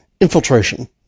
infiltration